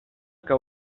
que